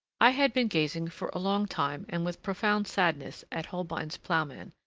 i had been gazing for a long time and with profound sadness at holbein's ploughman,